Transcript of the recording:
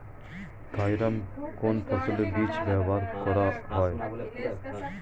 Thiram কোন ফসলের বীজে ব্যবহার করা হয়?